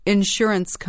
Insurance